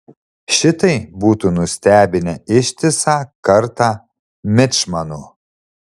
šitai būtų nustebinę ištisą kartą mičmanų